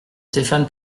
stéphane